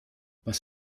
was